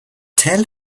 tell